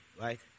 right